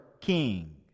king